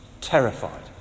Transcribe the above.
terrified